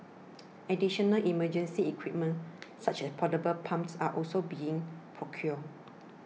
additional emergency equipment such as portable pumps are also being procured